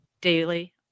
daily